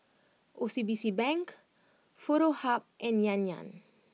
O C B C Bank Foto Hub and Yan Yan